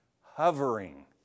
hovering